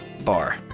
bar